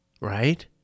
right